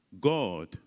God